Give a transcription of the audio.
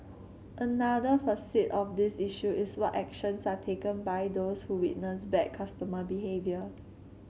another facet of this issue is what actions are taken by those who witness bad customer behaviour